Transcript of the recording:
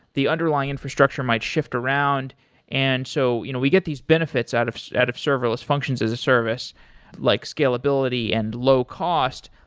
the underlying infrastructure might shift around and so you know we get these benefits out of out of serverless functions as a service like scability and low cost,